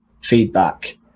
feedback